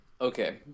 Okay